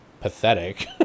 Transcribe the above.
pathetic